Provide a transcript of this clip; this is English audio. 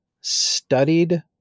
studied